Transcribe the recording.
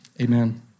Amen